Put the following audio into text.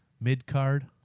mid-card